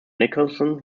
nicholson